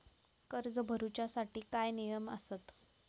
कर्ज भरूच्या साठी काय नियम आसत?